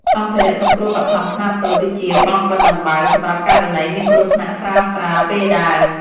សម្ភារៈសង្គ្រោះបឋមខ្នាតតូច ដូចជាបង់បិទដំបៅ សម្រាប់ករណីមានគ្រោះថ្នាក់ស្រាលៗពេលដើរ។